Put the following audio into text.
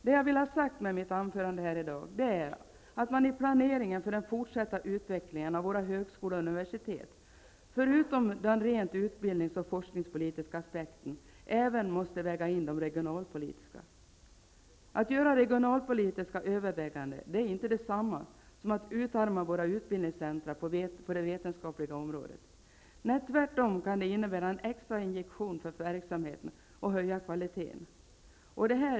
Det jag vill ha sagt med mitt anförande här i dag är att man i planeringen för den fortsatta utvecklingen av våra högskolor och universitet förutom rent utbildnings och forskningspolitiska aspekter även måste väga in de regionalpolitiska. Att göra regionalpolitiska överväganden är inte detsamma som att utarma våra utbildningscentra på det vetenskapliga området. Tvärtom kan det innebära en extra injektion för verksamheten och höja kvaliteten.